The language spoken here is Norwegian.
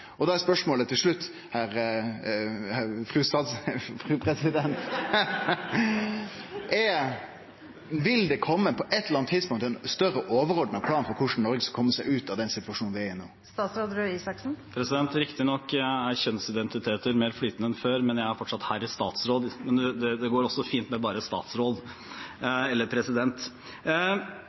Da er spørsmålet til slutt, herr statsråd – fru president Vil det, på eit eller anna tidspunkt, kome ein større, overordna plan for korleis Noreg skal kome seg ut av den situasjonen vi er i no? Riktignok er kjønnsidentiteter mer flytende enn før, men jeg er fortsatt «herr statsråd». Det går også fint med bare «statsråd» eller